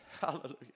Hallelujah